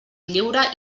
lliure